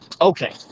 Okay